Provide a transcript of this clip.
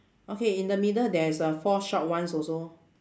okay in the middle there is a four short ones also